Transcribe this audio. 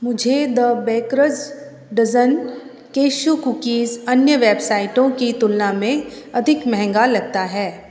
मुझे the Baker's Dozen cashew cookies अन्य वेबसाइटों की तुलना में अधिक महँगा लगता है